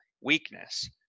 weakness